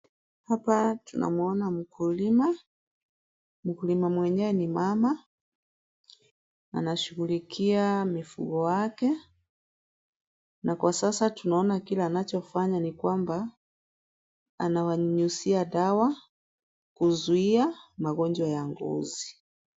Hapa tunamuona mkulima . Mkulima mwenyewe ni mama anashughulikia mifugo wake na kwa sasa tunaona kila anachofanya ni kwamba anawanyusia dawa kuzuia magonjwa ya ngozi.